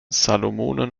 salomonen